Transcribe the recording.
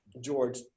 George